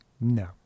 No